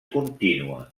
contínua